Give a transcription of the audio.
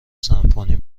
سمفونی